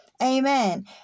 Amen